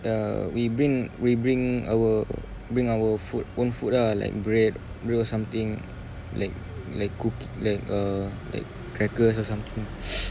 err we been we bring our bring our food own food ah like bread bring something like cooki~ like crackers or something